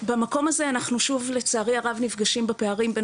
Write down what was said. במקום הזה אנחנו שוב לצערי הרב נפגשים בפערים בין